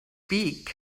beak